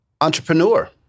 Entrepreneur